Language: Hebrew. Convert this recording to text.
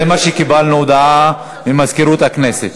זה מה שקיבלנו הודעה ממזכירות הכנסת,